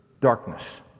darkness